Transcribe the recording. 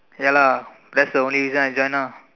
ya lah that's the only reason I join ah